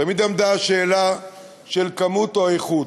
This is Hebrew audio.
תמיד עמדה השאלה של כמות או איכות.